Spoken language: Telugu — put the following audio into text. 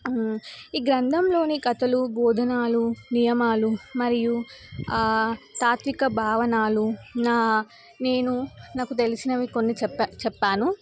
ఈ గ్రంథంలోని కథలు బోధనాలు నియమాలు మరియు తాత్విక భావనాలు నా నేను నాకు తెలిసినవి కొన్ని చెప్ప చెప్పాను